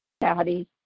Daddy